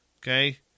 Okay